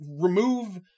remove